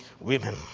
women